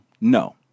no